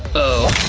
oh.